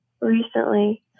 recently